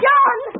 John